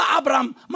Abraham